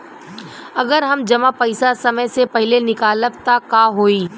अगर हम जमा पैसा समय से पहिले निकालब त का होई?